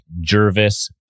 jervis